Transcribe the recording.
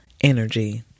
energy